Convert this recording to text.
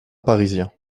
parisien